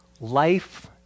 life